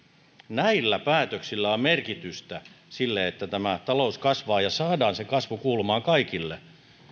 näillä päätöksillä on merkitystä sille että talous kasvaa ja saadaan se kasvu kuulumaan kaikille koska